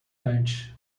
antes